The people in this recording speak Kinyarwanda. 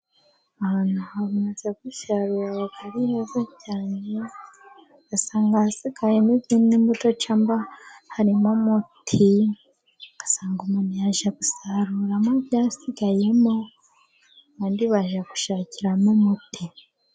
Ahantu bamaze gusarura haba ari heza cyane, ugasanga hasigayemo izindi mbuto cyangwa harimo umuti . Ugasanga umuntu yaje gusaruramo ibyasigayemo, abandi baje gushakiramo umuti.